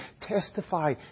testify